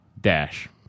Dash